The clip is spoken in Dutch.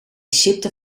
sipte